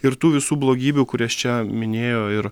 ir tų visų blogybių kurias čia minėjo ir